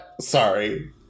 sorry